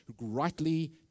Rightly